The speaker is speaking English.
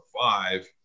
five